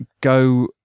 go